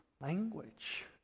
language